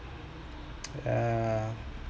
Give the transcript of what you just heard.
ya